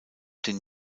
den